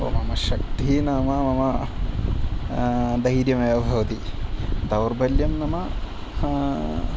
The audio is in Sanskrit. मम शक्तिः नाम मम धैर्यम् एव भवति दौर्बल्यं मम